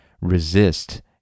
resist